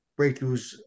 breakthroughs